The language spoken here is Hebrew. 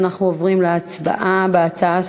אנחנו עוברים להצבעה בקריאה ראשונה על הצעת